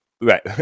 Right